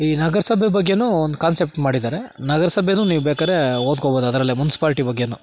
ಈ ನಗರಸಭೆ ಬಗ್ಗೆನೂ ಒಂದು ಕಾನ್ಸೆಪ್ಟ್ ಮಾಡಿದ್ದಾರೆ ನಗರಸಭೆನೂ ನೀವು ಬೇಕಾದ್ರೆ ಓದ್ಕೊಬೋದು ಅದರಲ್ಲೇ ಮುನ್ಸಿಪಾಲಿಟಿ ಬಗ್ಗೇನೂ